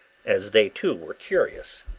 as they too were curious.